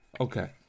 Okay